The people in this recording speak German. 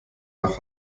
nach